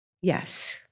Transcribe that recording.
Yes